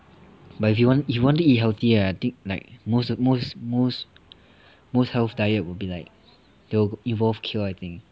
but if you want if you want to eat healthy right I think like most most most health diets will be like it'll involve kale I think